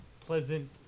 pleasant